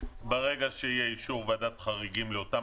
ברגע שיהיה אישור ועדת חריגים לאותם